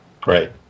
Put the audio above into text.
Great